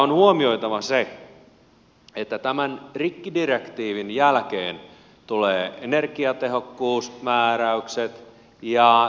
on huomioitava se että tämän rikkidirektiivin jälkeen tulevat energiatehokkuusmääräykset ja typpimääräykset